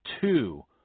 Two